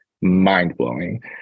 mind-blowing